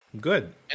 Good